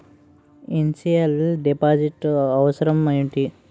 Initial deposit అవసరం ఏమిటి?